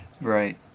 Right